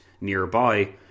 nearby